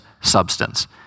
substance